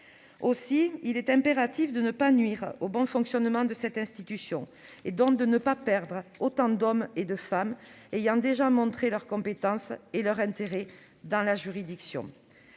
Il est impératif de ne pas nuire au bon fonctionnement de cette institution, donc de ne pas perdre autant d'hommes et de femmes ayant déjà montré leur compétence et leur intérêt pour leur juridiction.